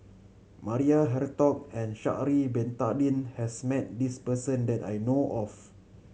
Maria Hertogh and Sha'ari Bin Tadin has met this person that I know of